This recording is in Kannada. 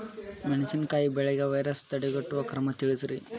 ಮೆಣಸಿನಕಾಯಿ ಬೆಳೆಗೆ ವೈರಸ್ ತಡೆಗಟ್ಟುವ ಕ್ರಮ ತಿಳಸ್ರಿ